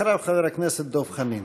אחריו, חבר הכנסת דב חנין.